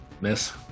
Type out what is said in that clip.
Miss